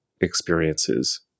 experiences